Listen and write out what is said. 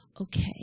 Okay